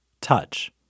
Touch